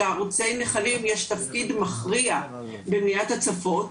לערוצי נחלים יש תפקיד מכריע במניעת הצפות.